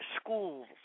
schools